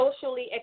socially